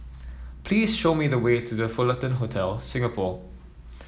please show me the way to The Fullerton Hotel Singapore